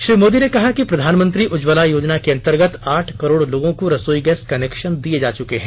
श्री मोदी ने कहा कि प्रधानमंत्री उज्जवला योजना के अंतर्गत आठ करोड़ लोगों को रसोई गैस कनेक्शन दिए जा चुके हैं